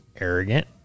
Arrogant